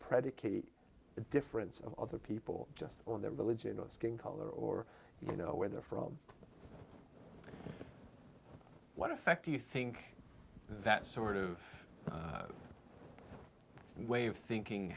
predicate the difference of other people just on their religion or skin color or you know where they're from what effect do you think that sort of way of thinking